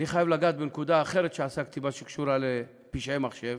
אני חייב לגעת בנקודה אחרת שעסקתי בה שקשורה לפשעי מחשב: